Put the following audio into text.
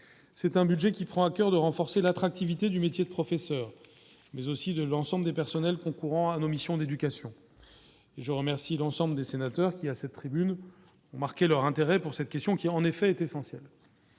c'est un budget qui. Coeur de renforcer l'attractivité du métier de professeur, mais aussi de l'ensemble des personnels concourant à nos missions d'éducation et je remercie l'ensemble de. Sénateur qui, à cette tribune, ont marqué leur intérêt pour cette question qui a en effet été essentielle,